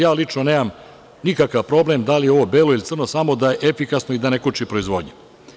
Ja lično nemam nikakav problem da li je ovo belo ili crno, samo da je efikasno i da ne koči proizvodnju.